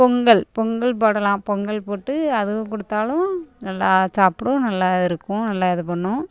பொங்கல் பொங்கல் போடலாம் பொங்கல் போட்டு அதுவும் கொடுத்தாலும் நல்லா சாப்பிடும் நல்லா இருக்கும் நல்லா இது பண்ணும்